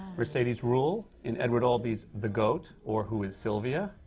mercedes ruehl, in edward albee's the goat, or who is sylvia?